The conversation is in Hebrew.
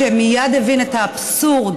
שמייד הבין את האבסורד